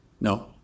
No